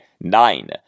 nine